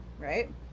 right